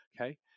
Okay